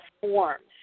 forms